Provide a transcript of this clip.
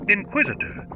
Inquisitor